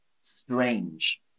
strange